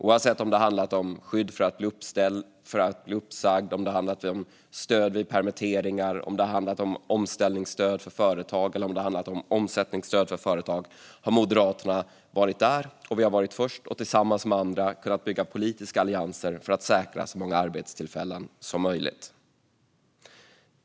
Oavsett om det har handlat om skydd mot att bli uppsagd, stöd vid permitteringar, omställningsstöd eller omsättningsstöd för företag har Moderaterna varit där. Vi har varit först, och vi har tillsammans med andra byggt politiska allianser för att säkra så många arbetstillfällen som möjligt.